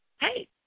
Hey